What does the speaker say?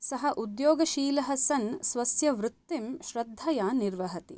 सः उद्योगशीलः सन् स्वस्य वृत्तिं श्रद्धया निर्वहति